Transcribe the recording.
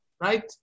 right